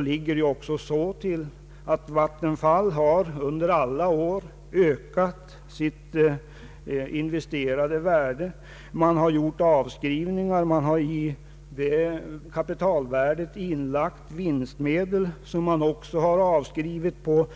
ligger det så till att Vattenfall under alla år har ökat sitt investeringsvärde. Vattenfall har nämligen i kapitalvärdet även inlagt vinstmedel, som man alltså har gjort avskrivningar på.